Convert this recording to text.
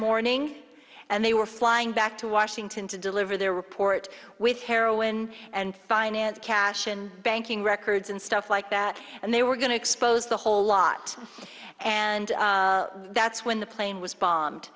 morning and they were flying back to washington to deliver their report with heroin and finance cash and banking records and stuff like that and they were going to expose the whole lot and that's when the plane was bombed